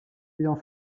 ayant